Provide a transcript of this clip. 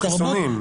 אז לא היו חיסונים.